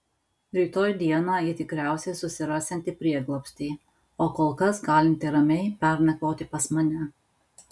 rytoj dieną ji tikriausiai susirasianti prieglobstį o kol kas galinti ramiai pernakvoti pas mane